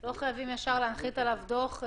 לא חייבים ישר להנחית עליו דוח.